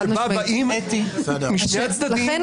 שבה באים משני הצדדים --- (היו"ר שמחה רוטמן,